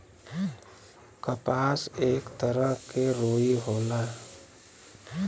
कपास एक तरह के रुई होला